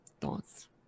thoughts